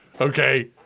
okay